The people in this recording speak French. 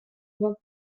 vingt